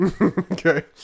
Okay